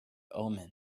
omen